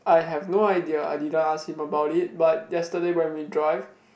I have no idea I didn't ask him about it but yesterday when we drive